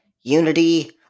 Unity